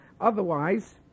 otherwise